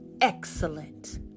Excellent